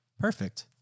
Perfect